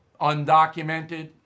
undocumented